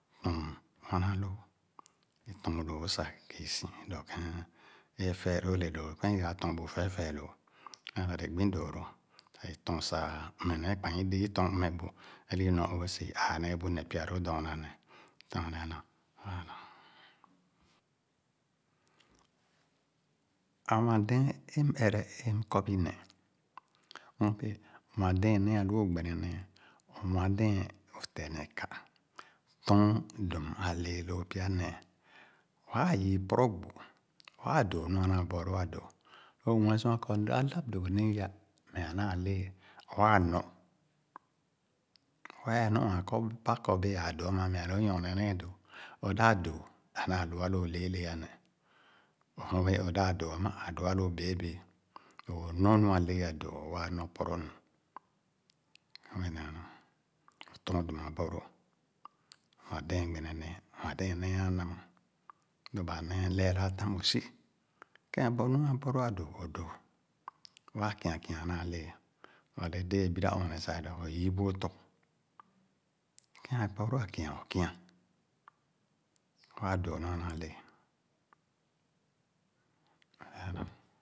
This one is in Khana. Ogo-06- C029-3. Mm, nwana lõõ, tɔɔn lõõ sah iküsi dõõ kẽn efee lõõ le dõ, sor i´aa tɔɔ bu feefee lõõ kẽn Bari gbi dõõ lõ. Sah i tɔɔ sah i ãã nee bub neh pya lõõ dɔɔna nèh. I´Iɔɔn neh a´na ããh. Ã nwandɛ̃ɛ̃n é m´ere é kɔ bi neh, m´é nwadɛ̃ɛ̃n nèè a´lu c´gbenenee, o´ nwadɛ̃ɛ̃n o´teh neh kã. Tɔɔn dum a´naa bɔlõõ a´dõõ. Lõ o´mue sua kɔ m´dã a lãp dugu nẽẽ i´ya me´ a a´naa lee, waa nɔ, waa é nɔ ããn kɔ ba kɔ bẽẽ aa doo ama me´a lõ õ´nyorne nee dõõ. Õ dãp dõõ amà a lu ã´lõõ bèèbèè. So, nɔ nua lee adõõ, waa nɔ pɔrɔ nu. Ké m dá o'tɔɔn dum abɔlõõ. Nwadɛ̃ɛ̃n gbene nẽẽ, nwadɛ̃ɛ̃n nẽẽ a´namah, lõ ba nee lɛɛra tãm, o´si. Nua bɔ lõõ a´dõõ, o´dõõ, waa kia kia zina lee. Lõ a´le dẽẽ ẽ bira ɔɔneh sah é dɔ´a, o´yii bu o´tɔ, kẽn abɔlõõ a ´kia, c´kia. Wãa dõõ nu a´naa lee kpããn nam ´